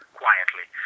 quietly